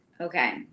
Okay